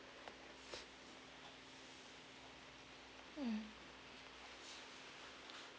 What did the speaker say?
mm